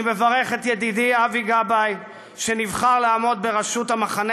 אני מברך את ידידי אבי גבאי שנבחר לעמוד בראשות המחנה